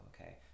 okay